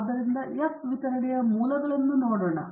ಆದ್ದರಿಂದ ಎಫ್ ವಿತರಣೆಯ ಮೂಲಗಳನ್ನು ನೋಡೋಣ